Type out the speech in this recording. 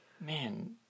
Man